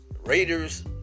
Raiders